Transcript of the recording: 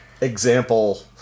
example